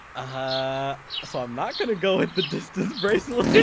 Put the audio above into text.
ah ah so i'm not going to go with the distance bracelet.